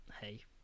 hey